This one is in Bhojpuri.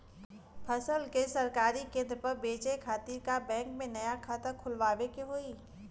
फसल के सरकारी केंद्र पर बेचय खातिर का बैंक में नया खाता खोलवावे के होई?